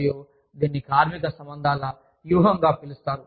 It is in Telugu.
మరియు దీనిని కార్మిక సంబంధాల వ్యూహంగా పిలుస్తారు